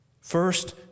First